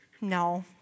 No